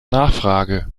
nachfrage